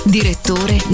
Direttore